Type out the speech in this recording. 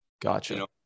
Gotcha